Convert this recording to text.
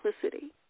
simplicity